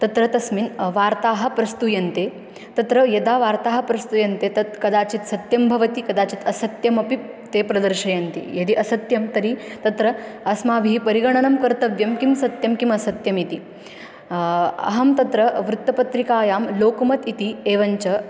तत्र तस्मिन् वार्ताः प्रस्तूयन्ते तत्र यदा वार्ताः प्रस्तूयन्ते तत् कदाचित् सत्यं भवति कदाचित् असत्यमपि ते प्रदर्शयन्ति यदि असत्यं तर्हि तत्र अस्माभिः परिगणनं कर्तव्यं किं सत्यं किम् असत्यम् इति अहं तत्र वृत्तपत्रिकायां लोकमतम् इति एवञ्च